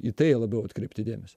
į tai labiau atkreipti dėmesį